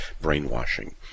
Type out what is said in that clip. brainwashing